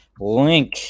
link